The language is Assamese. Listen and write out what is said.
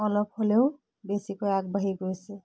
অলপ হ'লেও বেছিকৈ আগবাঢ়ি গৈছে